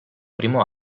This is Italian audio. primo